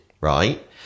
right